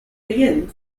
begin